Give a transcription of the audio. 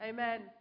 Amen